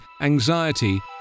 anxiety